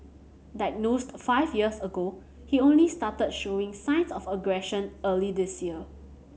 diagnosed five years ago he only started showing signs of aggression early this year